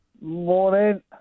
Morning